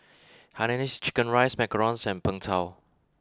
Hainanese Chicken Rice Macarons and png tao